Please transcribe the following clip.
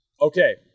okay